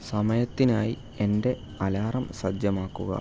സമയത്തിനായി എന്റെ അലാറം സജ്ജമാക്കുക